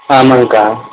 ஆமாங்கக்கா